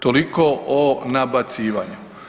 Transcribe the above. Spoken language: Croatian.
Toliko o nabacivanju.